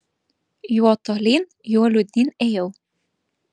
juo tolyn juo liūdnyn ėjau